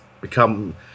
become